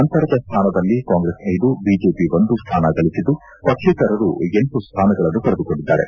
ನಂತರದ ಸ್ಟಾನದಲ್ಲಿ ಕಾಂಗ್ರೆಸ್ ಐದು ಬಿಜೆಪಿ ಒಂದು ಸ್ಟಾನ ಗಳಿಸಿದ್ದು ಪಕ್ಷೇತರರು ಎಂಟು ಸ್ಟಾನಗಳನ್ನು ಪಡೆದುಕೊಂಡಿದ್ದಾರೆ